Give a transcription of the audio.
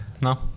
No